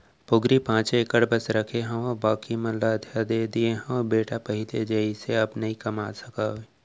पोगरी पॉंचे एकड़ बस रखे हावव बाकी मन ल अधिया दे दिये हँव बेटा पहिली जइसे अब नइ कमा सकव